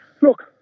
Look